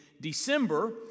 December